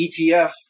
ETF